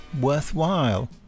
worthwhile